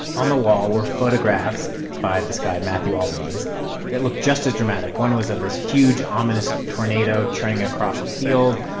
on the wall were photographs by this guy matthew albanese that look just as dramatic. dramatic. one was of this huge, ominous tornado churning across a field.